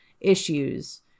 issues